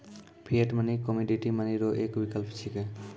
fiat money commodity money रो एक विकल्प छिकै